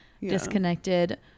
disconnected